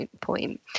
point